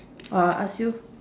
or I ask you